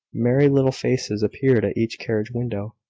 merry little faces appeared at each carriage window.